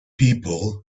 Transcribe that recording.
people